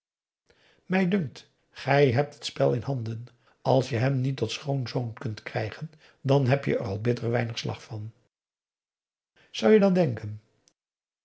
mij dunkt gij hebt het spel in handen als je hem niet tot schoonzoon kunt krijgen dan heb je er al bitter weinig slag van zou je dat denken